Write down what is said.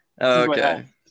Okay